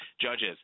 judges